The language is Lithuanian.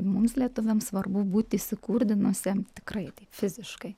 mums lietuviams svarbu būti įsikurdinusiem tikrai taip fiziškai